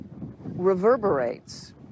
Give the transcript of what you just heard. reverberates